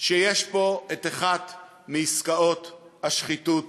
שיש פה אחת מעסקאות השחיתות